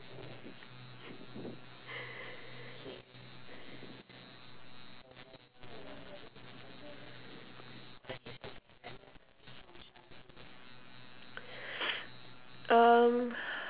um